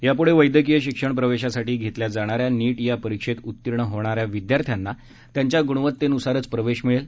यापुढे वैदयकीय प्रवेशासाठी घेण्यात येणाऱ्या नीट या परीक्षेत उत्तीर्ण होणाऱ्या विद्यार्थ्यांना त्यांच्या ग्णवतेन्सार प्रवेश मिळेल